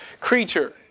creature